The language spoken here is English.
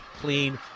clean